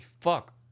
fuck